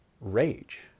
rage